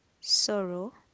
sorrow